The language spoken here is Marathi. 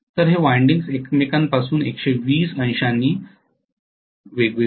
तर हे वायंडिंगस एकमेकांपासून १२० अंशांनी हलवले जातात